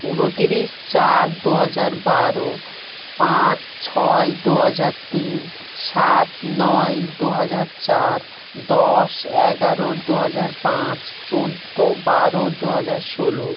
উনতিরিশ চার দু হাজার বারো পাঁচ ছয় দু হাজার তিন সাত নয় দু হাজার চার দশ এগারো দু হাজার পাঁচ চোদ্দো বারো দু হাজার ষোলো